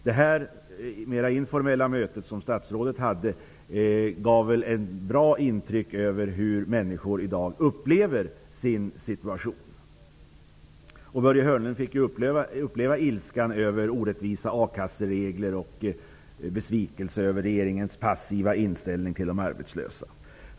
Det mer informella möte som Börje Hörnlund hade gav ett bra intryck av hur människor i dag upplever sin situation. Börje Hörnlund fick ta del av ilskan över orättvisa a-kasseregler och besvikelsen över regeringens passiva inställning till de arbetslösa.